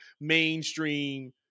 mainstream